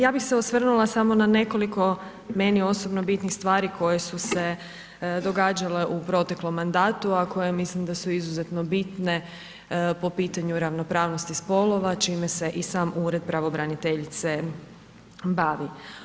Ja bi se osvrnula samo na nekoliko meni osobno bitnih stvari koje su se događale u proteklom mandatu, a koje mislim da su izuzetno bitne po pitanju ravnopravnosti spolova, čime se i sam ured pravobraniteljice bavi.